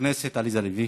הכנסת עליזה לביא.